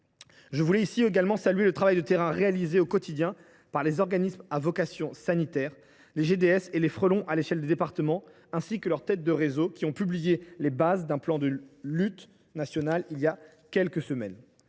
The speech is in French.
Je souhaite également saluer le travail de terrain réalisé au quotidien par les organismes à vocation sanitaire, les groupements de défense sanitaire (GDS) et les Fredon, à l’échelle des départements, ainsi que leurs têtes de réseau, qui ont publié les bases d’un plan de lutte national il y a quelques semaines.